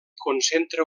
concentra